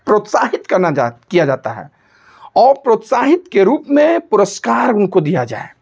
प्रोत्साहित करना जाता किया जाता है और प्रोत्साहित के रूप में पुरस्कार उनको दिया जाए